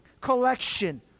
collection